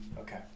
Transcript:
Okay